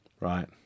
Right